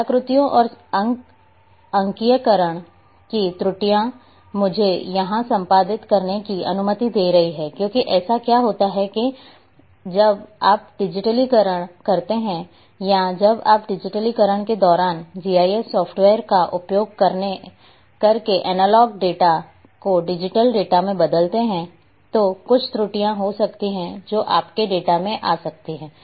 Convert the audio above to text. कलाकृतियों और अंकीयकरण की त्रुटियां मुझे यहां संपादित करने की अनुमति दे रही है क्योंकि ऐसा क्या होता है कि जब आप डिजिटलीकरण करते हैं या जब आप डिजिटलीकरण के दौरान जीआईएस सॉफ्टवेयर का उपयोग करके एनालॉग डेटा को डिजिटल डेटा में बदलते हैं तो कुछ त्रुटियां हो सकती हैं जो आपके डेटा में आ सकती हैं